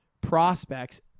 prospects